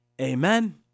Amen